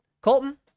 Colton